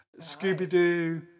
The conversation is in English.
Scooby-Doo